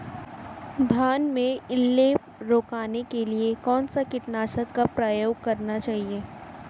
धान में इल्ली रोकने के लिए कौनसे कीटनाशक का प्रयोग करना चाहिए?